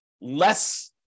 less